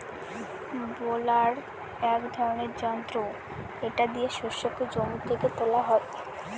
বেলার এক ধরনের যন্ত্র এটা দিয়ে শস্যকে জমি থেকে তোলা হয়